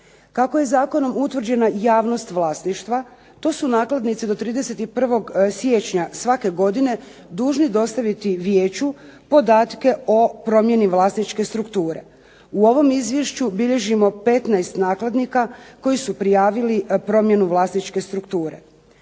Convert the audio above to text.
Kako je zakonom utvrđena javnost vlasništva to su nakladnici do 31. siječnja svake godine dužni dostaviti vijeću podatke o promjeni vlasničke strukture. U ovom izvješću bilježimo 15 nakladnika koji su prijavili promjenu vlasničke strukture,